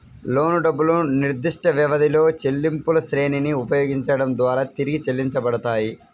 లోను డబ్బులు నిర్దిష్టవ్యవధిలో చెల్లింపులశ్రేణిని ఉపయోగించడం ద్వారా తిరిగి చెల్లించబడతాయి